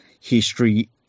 history